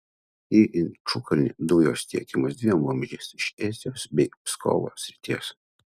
į inčukalnį dujos tiekiamos dviem vamzdžiais iš estijos bei pskovo srities